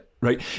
right